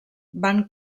van